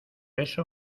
eso